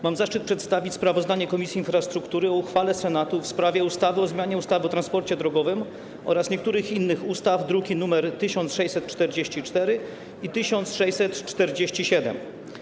Mam zaszczyt przedstawić sprawozdanie Komisji Infrastruktury o uchwale Senatu w sprawie ustawy o zmianie ustawy o transporcie drogowym oraz niektórych innych ustaw, druki nr 1644 i 1647.